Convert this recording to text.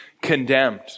condemned